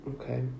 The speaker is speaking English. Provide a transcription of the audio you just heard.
Okay